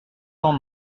sans